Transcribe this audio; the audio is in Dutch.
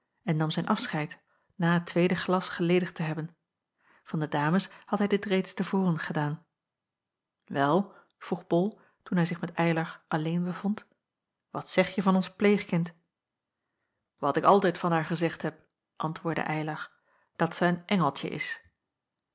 en nam zijn afscheid na het tweede glas geledigd te hebben van de dames had hij dit reeds te voren gedaan wel vroeg bol toen hij zich met eylar alleen bevond wat zegje van ons pleegkind wat ik altijd van haar gezegd heb antwoordde eylar dat zij een engeltje is